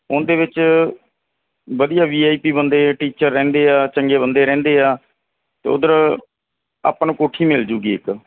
ਉਹਦੇ ਵਿੱਚ ਵਧੀਆ ਵੀ ਆਈ ਪੀ ਬੰਦੇ ਟੀਚਰ ਰਹਿੰਦੇ ਆ ਚੰਗੇ ਬੰਦੇ ਰਹਿੰਦੇ ਆ ਅਤੇ ਉੱਧਰ ਆਪਾਂ ਨੂੰ ਕੋਠੀ ਮਿਲਜੂਗੀ ਇੱਕ